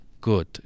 good